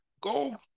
go